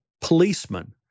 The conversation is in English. policemen